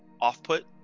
off-put